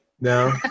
No